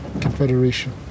Confederation